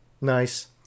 Nice